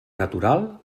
natural